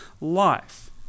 life